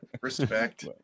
Respect